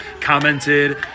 commented